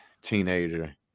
teenager